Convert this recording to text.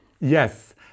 Yes